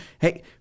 Hey